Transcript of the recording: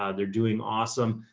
ah they're doing awesome.